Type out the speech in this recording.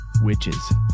Witches